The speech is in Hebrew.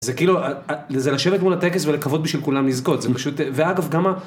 זה כאילו, זה לשבת מול הטקס ולקוות בשביל כולם לזכות, זה פשוט, ואגב, גם ה...